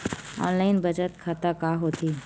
Online बचत खाता का होथे?